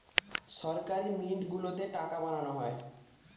সরকারি মিন্ট গুলোতে টাকা বানানো হয়